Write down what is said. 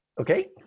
Okay